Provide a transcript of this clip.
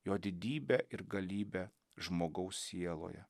jo didybę ir galybę žmogaus sieloje